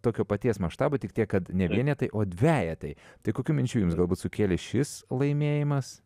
tokio paties maštabo tik tiek kad ne vienetai o dvejetai tai kokių minčių jums galbūt sukėlė šis laimėjimas